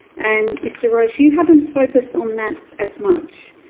and mr roche, you haven't focused on that as much.